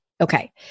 Okay